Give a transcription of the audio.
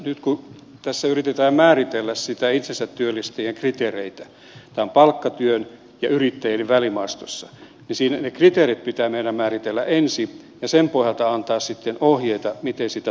nyt kun tässä yritetään määritellä niitä itsensä työllistä jien kriteereitä tämä on palkkatyön ja yrittäjyyden välimaastossa niin siinä ne kriteerit pitää meidän määritellä ensin ja sen pohjalta antaa sitten ohjeita miten niitä tulkitaan